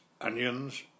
onions